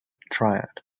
triad